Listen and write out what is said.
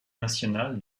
national